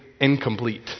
incomplete